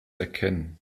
erkennen